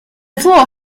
floor